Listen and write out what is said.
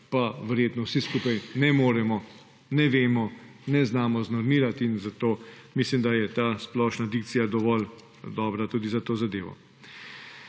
pa verjetno vsi skupaj ne moremo, ne vemo, ne znamo znormirati. Zato mislim, da je ta splošna dikcija dovolj dobra tudi za to zadevo.